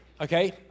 Okay